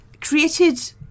created